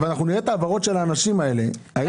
כתוב כאן בעיקר ליהודה ושומרון ואני קראתי